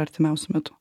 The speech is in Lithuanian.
artimiausiu metu